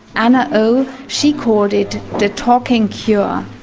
anna o she called it the talking cure,